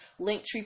Linktree